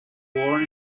born